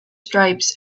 stripes